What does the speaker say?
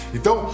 Então